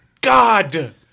God